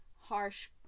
harsh